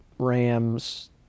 Rams